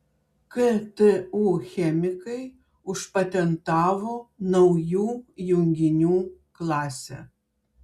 ktu chemikai užpatentavo naujų junginių klasę